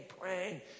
praying